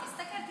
תסתכל,